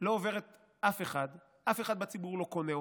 לא עוברת אף אחד, אף אחד בציבור לא קונה אותה,